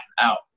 out